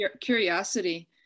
curiosity